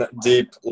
deep